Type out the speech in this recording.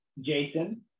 Jason